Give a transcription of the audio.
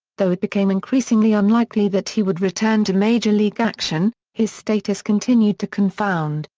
though it became increasingly unlikely that he would return to major league action, his status continued to confound,